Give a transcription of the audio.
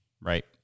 Right